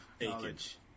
knowledge